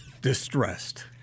distressed